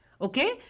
Okay